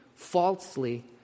falsely